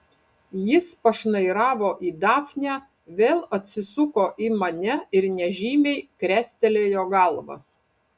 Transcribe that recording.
jis pašnairavo į dafnę vėl atsisuko į mane ir nežymiai krestelėjo galva